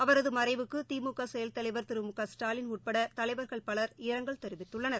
அவரது மறைவுக்கு திமுக செயல் தலைவர் திரு மு க ஸ்டாலின் உட்பட தலைவர்கள் பலர் இரங்கல் தெரிவித்துள்ளனர்